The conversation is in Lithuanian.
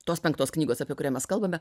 tos penktos knygos apie kurią mes kalbame